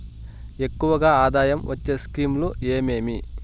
ఎక్కువగా ఆదాయం వచ్చే స్కీమ్ లు ఏమేమీ?